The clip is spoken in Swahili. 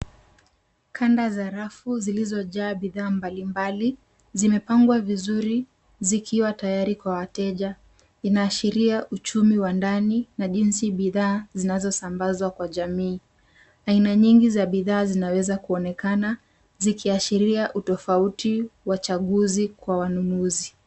Kanda za rafu zilizojaa bidhaa mbalimbali zimepangwa vizuri zikiwa tayari kwa wateja. Inaashiria uchumi wa ndani na jinsi bidhaa zinazosambazwa kwa jamii. Aina nyingi za bidhaa zinaweza kuonekana, zikiashiria utofauti wa uchaguzi kwa wanunuzi.